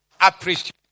appreciate